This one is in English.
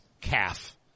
calf